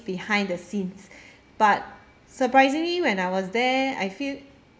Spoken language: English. behind the scenes but surprisingly when I was there I feel